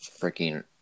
freaking